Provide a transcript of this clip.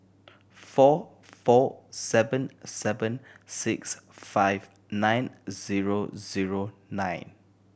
four four seven seven six five nine zero zero nine